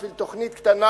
בשביל תוכנית קטנה.